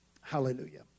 Hallelujah